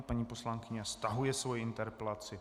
Paní poslankyně stahuje svoji interpelaci.